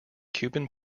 cuban